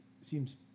seems